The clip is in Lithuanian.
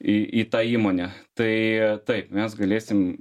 į į tą įmonę tai taip mes galėsim